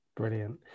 Brilliant